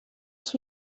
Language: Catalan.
als